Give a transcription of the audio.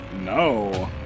No